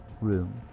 room